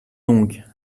donc